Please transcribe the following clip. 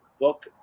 Book